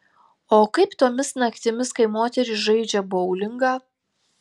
o kaip tomis naktimis kai moterys žaidžia boulingą